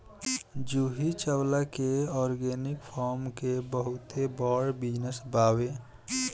जूही चावला के organic farm के बहुते बड़ बिजनस बावे